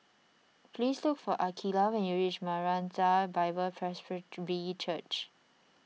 please look for Akeelah when you reach Maranatha Bible Presby Church